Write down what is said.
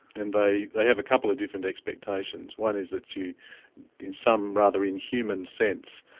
and they have a couple of different expectations. one is that you in some rather inhuman sense,